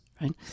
right